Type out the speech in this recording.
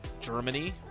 Germany